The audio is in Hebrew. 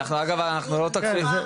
אגב, אנחנו לא תוקפים אותך.